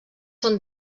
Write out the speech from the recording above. són